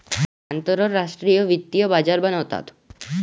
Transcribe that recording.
आंतरराष्ट्रीय वित्तीय बाजार बनवतात